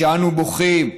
כשאנו בוכים,